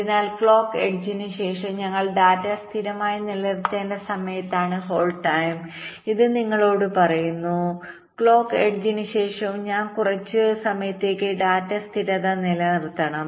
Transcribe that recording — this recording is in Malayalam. അതിനാൽ ക്ലോക്ക് എഡ്ജിന് ശേഷം ഞങ്ങൾ ഡാറ്റ സ്ഥിരമായി നിലനിർത്തേണ്ട സമയമാണ് ഹോൾഡ് ടൈം ഇത് നിങ്ങളോട് പറയുന്നു ക്ലോക്ക് എഡ്ജിന് ശേഷവും ഞാൻ കുറച്ച് സമയത്തേക്ക് ഡാറ്റ സ്ഥിരത നിലനിർത്തണം